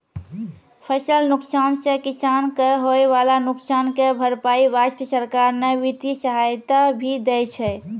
फसल नुकसान सॅ किसान कॅ होय वाला नुकसान के भरपाई वास्तॅ सरकार न वित्तीय सहायता भी दै छै